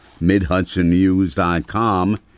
MidHudsonNews.com